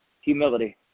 Humility